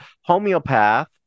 homeopath